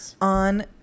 on